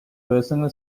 personal